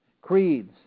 creeds